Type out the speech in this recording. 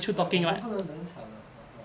我们不能冷场 ah